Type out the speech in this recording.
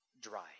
dry